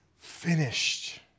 finished